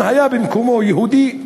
אם היה במקומו יהודי,